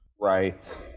Right